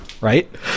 Right